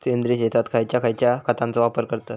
सेंद्रिय शेतात खयच्या खयच्या खतांचो वापर करतत?